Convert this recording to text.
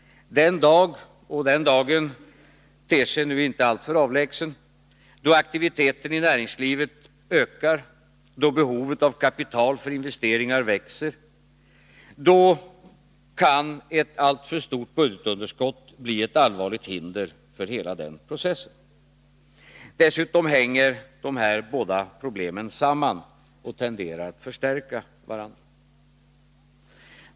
Den dag — och den dagen ter sig nu inte alltför avlägsen — då aktiviteten i näringslivet ökar, då behovet av kapital för investeringar växer, kan ett alltför stort budgetunderskott bli ett allvarligt hinder för hela den processen. Dessutom hänger de här båda problemen samman och tenderar att förstärka varandra.